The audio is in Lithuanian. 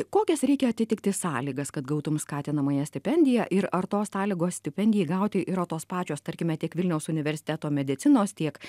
kokias reikia atitikti sąlygas kad gautum skatinamąją stipendiją ir ar tos sąlygos stipendijai gauti yra tos pačios tarkime tiek vilniaus universiteto medicinos tiek